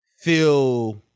feel